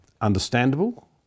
understandable